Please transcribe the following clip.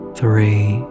three